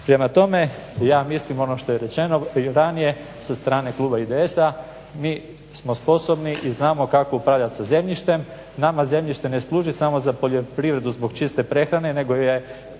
Prema tome, ja mislim ono što je rečeno i ranije sa strane kluba IDS-a mi smo sposobni i znamo kako upravljati sa zemljištem. Nama zemljište ne služi samo za poljoprivredu zbog čiste prehrane, nego je